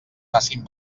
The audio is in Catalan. facin